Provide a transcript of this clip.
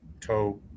toe